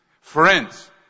friends